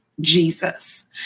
Jesus